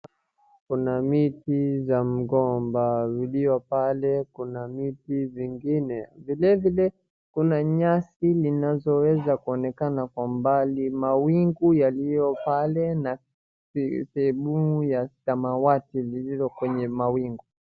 Mbele yangu kuna miti za mgomba, iliyo pale kuna miti zingine, vilevile kuna nyasi linaloweza kuonekana kwa mbali, mawingu yaliyo pale na sehemu ya samawati lililo kwenye mawingu.